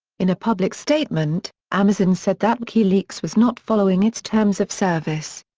in a public statement, amazon said that wikileaks was not following its terms of service.